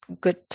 good